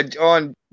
On